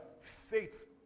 faith